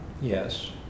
yes